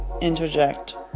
interject